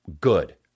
good